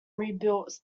rebuilt